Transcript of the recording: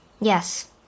Yes